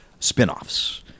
spinoffs